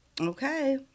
Okay